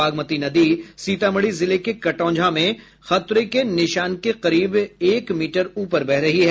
बागमती नदी सीतामढ़ी जिले के कटौंझा में खतरे के निशान के करीब एक मीटर ऊपर बह रही है